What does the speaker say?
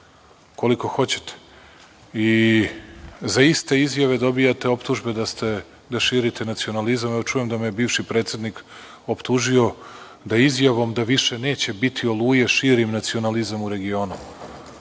koliko hoćete. Za iste izjave dobijate optužbe da širite nacionalizam, a evo čujem da me je bivši predsednik optužio da izjavom da više neće biti „Oluje“ širim nacionalizam u regionu.